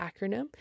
acronym